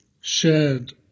shared